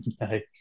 nice